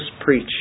preach